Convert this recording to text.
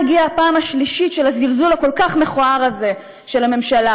אז הגיעה הפעם השלישית של הזלזול הכל-כך מכוער הזה של הממשלה,